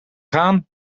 gaan